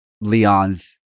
Leon's